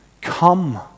Come